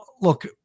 look